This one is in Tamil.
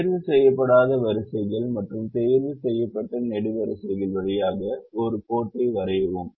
தேர்வு செய்யப்படாத வரிசைகள் மற்றும் தேர்வு செய்யப்பட்ட நெடுவரிசைகள் வழியாக ஒரு கோட்டை வரையவும்